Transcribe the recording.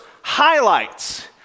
highlights